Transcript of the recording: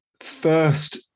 first